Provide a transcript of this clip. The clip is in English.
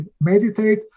meditate